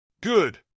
Good